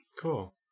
Cool